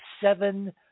seven